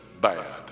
bad